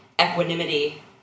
equanimity